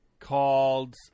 called